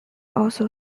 also